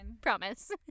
Promise